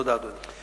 תודה, אדוני.